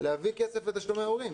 להביא כסף לתשלומי הורים.